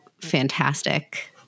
fantastic